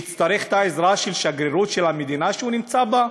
הוא יצטרך את העזרה של השגרירות של המדינה שהוא נמצא בה?